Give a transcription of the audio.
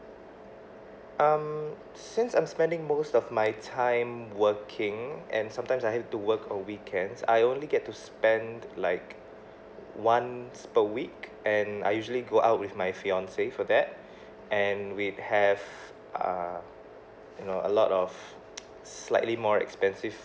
um since I'm spending most of my time working and sometimes I have to work on weekends I only get to spend like once per week and I usually go out with my fiancee for that and we have uh you know a lot of slightly more expensive